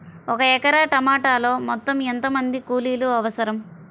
ఒక ఎకరా టమాటలో మొత్తం ఎంత మంది కూలీలు అవసరం?